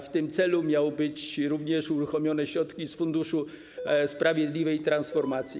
W tym celu miały być również uruchomione środki z funduszu sprawiedliwej transformacji.